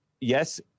yes